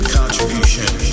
contribution